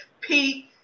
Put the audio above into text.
pete